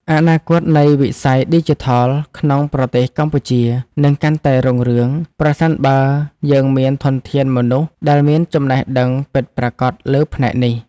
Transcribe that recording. អនាគតនៃវិស័យឌីជីថលក្នុងប្រទេសកម្ពុជានឹងកាន់តែរុងរឿង ប្រសិនបើយើងមានធនធានមនុស្សដែលមានចំណេះដឹងពិតប្រាកដលើផ្នែកនេះ។